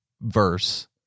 verse